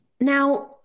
now